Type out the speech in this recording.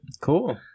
cool